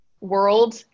world